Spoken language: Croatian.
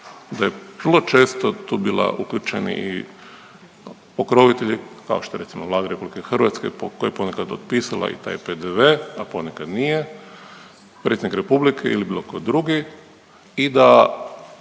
da je vrlo često tu bila uključeni i pokrovitelji, kao što je recimo, Vlada RH po, koja je ponekad otpisala i taj PDV, a ponekad nije, predsjednik Republike ili bilo tko drugi i da